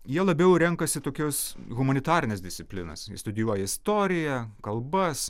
jie labiau renkasi tokias humanitarines disciplinas jie studijuoja istoriją kalbas